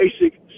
basic